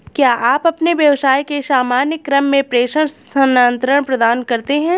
क्या आप अपने व्यवसाय के सामान्य क्रम में प्रेषण स्थानान्तरण प्रदान करते हैं?